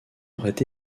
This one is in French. aurait